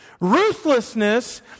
Ruthlessness